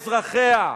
אזרחיה,